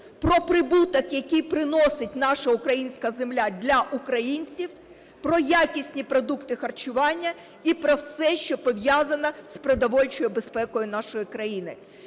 про прибуток, який приносить наша українська земля для українців, про якісні продукти харчування і про все, що пов'язано з продовольчою безпекою нашої країни.